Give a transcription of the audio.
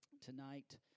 tonight